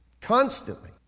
Constantly